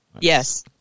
Yes